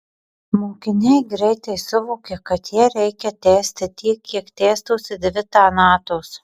mokiniai greitai suvokia kad ją reikia tęsti tiek kiek tęstųsi dvi ta natos